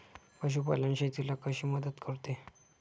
पशुपालन शेतीला कशी मदत करते?